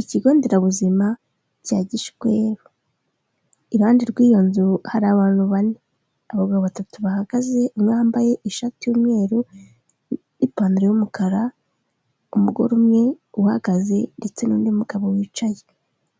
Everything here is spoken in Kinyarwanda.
Ikigo nderabuzima cya Gishweri iruhande rw'iyo nzu hari abantu bane abagabo batatu bahagaze bambaye ishati y'umweru ipantaro y'umukara umugore umwe uhagaze ndetse n'undi mugabo wicaye